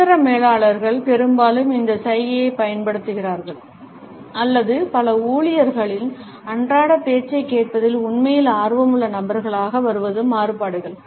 நடுத்தர மேலாளர்கள் பெரும்பாலும் இந்த சைகையைப் பயன்படுத்துகிறார்கள் அல்லது பல ஊழியர்களின் அன்றாட பேச்சைக் கேட்பதில் உண்மையில் ஆர்வமுள்ள நபர்களாக வருவது மாறுபாடுகள்